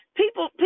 people